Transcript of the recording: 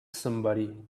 somebody